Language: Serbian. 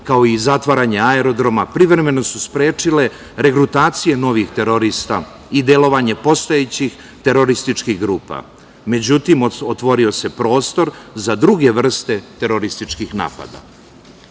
kao i zatvaranje aerodroma privremeno su sprečile regrutacije novih terorista i delovanje postojećih terorističkih grupa.Međutim, otvorio se prostor za druge vrste terorističkih napada,